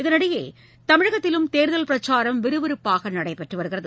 இதளிடையே தமிழகத்திலும் தேர்தல் பிரச்சாரம் விறுவிறப்பாக நடைபெற்று வருகிறது